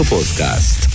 Podcast